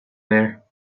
there